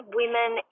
women